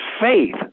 faith